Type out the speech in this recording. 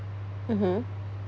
mmhmm